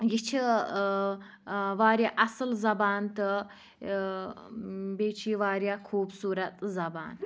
یہِ چھِ ٲں ٲں واریاہ اصٕل زَبان تہٕ ٲں بیٚیہِ چھِ یہِ واریاہ خوٗبصوٗرَت زَبان